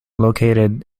located